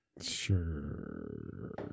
Sure